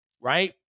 right